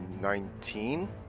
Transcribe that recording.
Nineteen